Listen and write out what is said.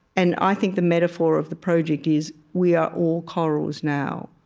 and i think the metaphor of the project is we are all corals now.